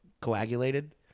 coagulated